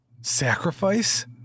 Sacrifice